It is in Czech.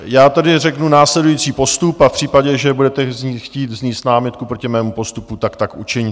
Já tedy řeknu následující postup a v případě, že budete chtít vznést námitku proti mému postupu, tak tak učiňte.